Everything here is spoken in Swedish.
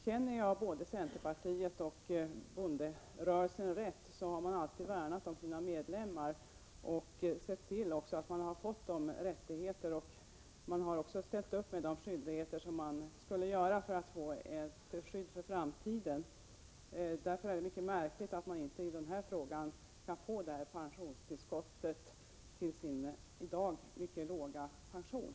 Känner jag centerpartiet och bonderörelsen rätt har de alltid värnat om sina medlemmar, och de har sett till att medlemmarna fått sina rättigheter och att de fullgjort sina skyldigheter för att få ett skydd för framtiden. Därför är det märkligt att de inte kan få detta pensionstillskott till sin i dag mycket låga pension.